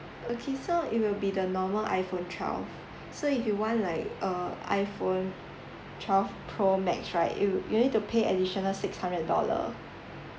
okay so it will be the normal iPhone twelve so if you want like uh iPhone twelve pro max right you you need to pay additional six hundred dollar